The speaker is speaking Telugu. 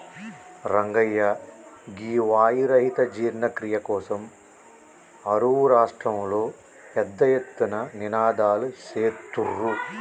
రంగయ్య గీ వాయు రహిత జీర్ణ క్రియ కోసం అరువు రాష్ట్రంలో పెద్ద ఎత్తున నినాదలు సేత్తుర్రు